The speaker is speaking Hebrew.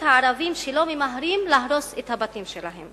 הערבים שלא ממהרים להרוס את הבתים שלהם.